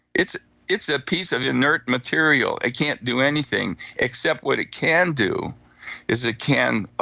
it's it's a piece of inert material, it can't do anything, except what it can do is it can